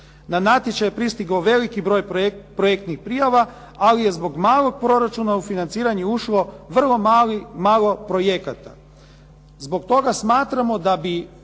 Na natječaj je pristigao veliki broj projektnih prijava, ali je zbog malog proračuna u financiranje ušlo vrlo malo projekata. Zbog toga smatramo da bi